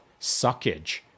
suckage